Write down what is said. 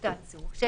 צפויה"